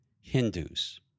Hindus